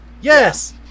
Yes